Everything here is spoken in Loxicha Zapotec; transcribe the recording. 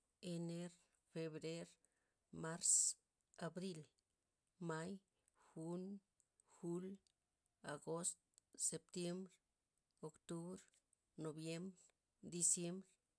Ener febrer mars abril may jun jul agost septiemr octubr noviem diciem